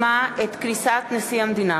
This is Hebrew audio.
כבוד נשיא המדינה